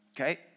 okay